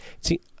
See